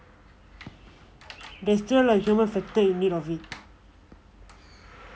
there's still like human factor in need of it